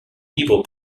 libre